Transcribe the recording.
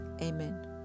Amen